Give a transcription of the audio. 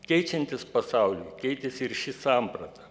keičiantis pasauliui keitėsi ir ši samprata